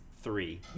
three